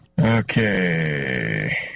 Okay